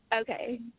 Okay